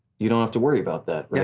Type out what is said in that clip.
you don't have to worry about that. yeah